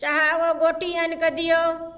चाहे ओ गोटी आनिकऽ दियौ